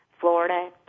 Florida